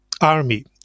army